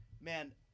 Man